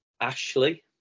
Ashley